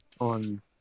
On